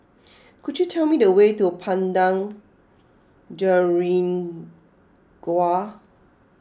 could you tell me the way to Padang Jeringau